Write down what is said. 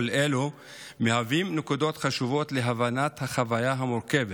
כל אלה מהווים נקודות חשובות להבנת החוויה המורכבת